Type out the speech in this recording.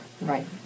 Right